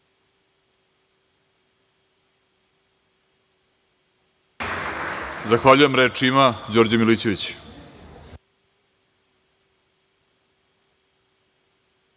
Zahvaljujem. Reč ima Đorđe Milićević.